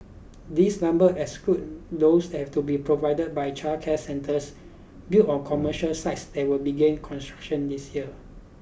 this number excludes those have to be provided by childcare centres built on commercial sites that will begin construction this year